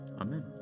Amen